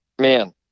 man